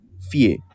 fear